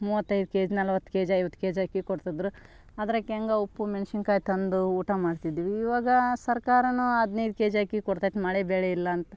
ಮೂವತೈದು K G ನಲ್ವತ್ತು K G ಐವತ್ತು K G ಅಕ್ಕಿ ಕೊಡ್ತಿದ್ರು ಅದಕ್ಕೆ ಹಂಗ ಉಪ್ಪು ಮೆಣಸಿನ್ಕಾಯಿ ತಂದು ಊಟ ಮಾಡ್ತಿದ್ವಿ ಇವಾಗ ಸರ್ಕಾರವೂ ಹದ್ನೈದು ಕೆ ಜ್ ಅಕ್ಕಿ ಕೊಡ್ತೈತೆ ಮಳೆ ಬೆಳೆ ಇಲ್ಲ ಅಂತೆ